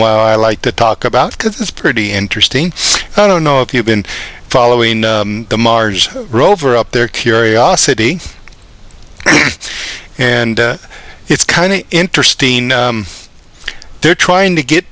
awhile i like to talk about because it's pretty interesting i don't know if you've been following the mars rover up there curiosity and it's kind of interesting they're trying to get